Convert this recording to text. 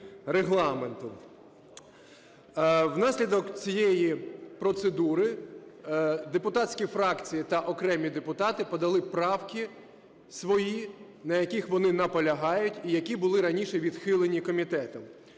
Внаслідок цієї процедури депутатські фракції та окремі депутати подали правки свої, на яких вони наполягають і які були раніше відхилені комітетом.